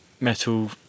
metal